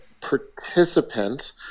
participant